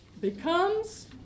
becomes